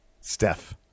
Steph